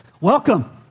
welcome